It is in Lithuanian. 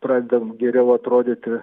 pradedam geriau atrodyti